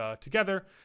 together